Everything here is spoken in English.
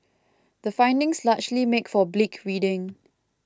the findings largely make for bleak reading